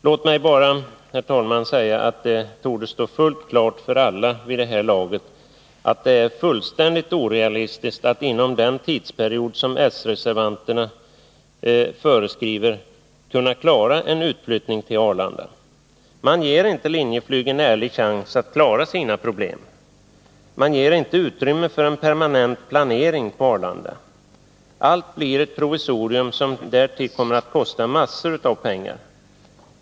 Låt mig bara, herr talman, säga att det torde stå fullt klart för alla vid det här laget, att det är fullständigt orealistiskt att inom den tidsperiod som s-reservanterna föreskriver kunna klara en utflyttning till Arlanda. Man ger inte Linjeflyg en ärlig chans att klara sina problem — man ger inte utrymme för en permanent planering på Arlanda. Allt blir ett provisorium, som därtill kommer att kosta massor av pengar.